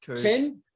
Ten